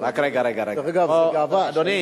אדוני,